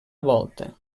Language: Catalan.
volta